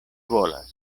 volas